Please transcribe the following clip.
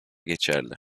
geçerli